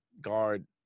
guard